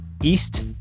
East